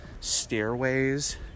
stairways